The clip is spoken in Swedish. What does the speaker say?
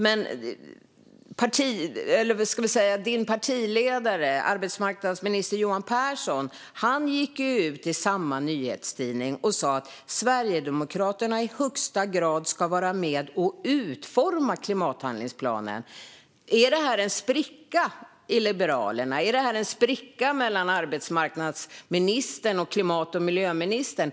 Hennes partiledare, arbetsmarknadsminister Johan Pehrson, gick i samma nyhetstidning ut och sa att Sverigedemokraterna i högsta grad ska vara med och utforma klimathandlingsplanen. Är det en spricka i Liberalerna? Är det en spricka mellan arbetsmarknadsministern och klimat och miljöministern?